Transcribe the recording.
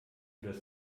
das